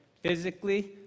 Physically